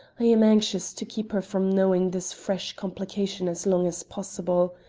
i am anxious to keep her from knowing this fresh complication as long as possible.